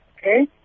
Okay